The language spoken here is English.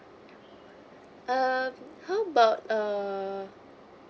um how about a